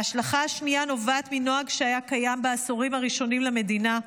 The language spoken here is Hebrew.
ההשלכה השנייה נובעת מנוהג שהיה קיים בעשורים הראשונים למדינה,